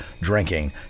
drinking